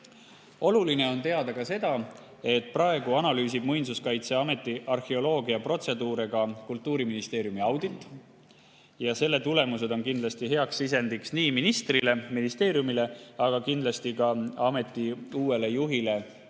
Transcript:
Oluline on teada, et praegu analüüsib Muinsuskaitseameti arheoloogiaprotseduure ka Kultuuriministeeriumi audit. Selle tulemused on hea sisend ministrile ja ministeeriumile, aga kindlasti ka ameti uuele juhile